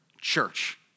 Church